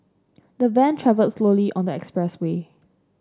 the van travelled slowly on the expressway